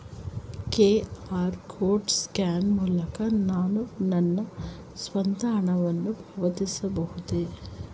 QR code scan ಮೂಲಕ ನಾನು ನನ್ನ ಸ್ವಂತ ಹಣವನ್ನು ಪಾವತಿಸಬಹುದೇ?